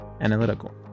analytical